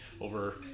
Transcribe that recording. over